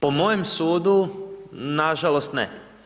Po mojem sudu, nažalost, ne.